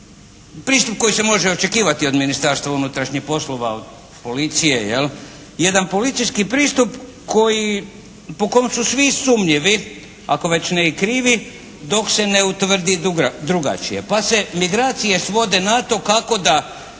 pristup koji se može očekivati od Ministarstva unutrašnjih poslova, od policije jel', jedan policijski pristup po kojem su svi sumnjivi ako ne već i krivi, dok se ne utvrdi drugačije pa se migracije svode na to kako da